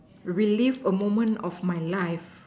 relive a moment of my life